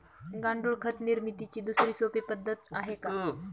गांडूळ खत निर्मितीची दुसरी सोपी पद्धत आहे का?